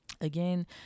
Again